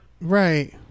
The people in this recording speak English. Right